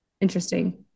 interesting